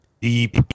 deep